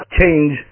change